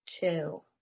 two